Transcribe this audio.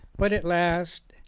but at last,